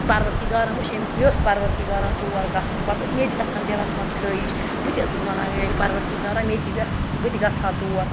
پَروَردِگارَن وٕچھ أمِس یوٚژھ پَروَردِگارَن تور گَژھُن پَتہٕ اوس مےٚ تہِ گژھان دِلَس منٛز خٲہِش بہٕ تہِ ٲسٕس وَنان مےٚ میٛانہِ پَروَردِگارا مےٚ تہِ یَژھ بہٕ تہِ گژھٕ ہا تور